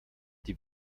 die